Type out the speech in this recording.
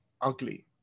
ugly